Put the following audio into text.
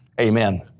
Amen